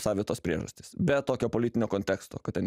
savitos priežastys be tokio politinio konteksto kad ten